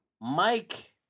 Mike